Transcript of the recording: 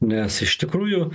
nes iš tikrųjų